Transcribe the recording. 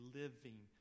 living